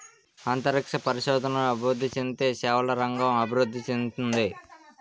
అంతరిక్ష పరిశోధనలు అభివృద్ధి చెందితే సేవల రంగం అభివృద్ధి చెందుతుంది